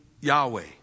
Yahweh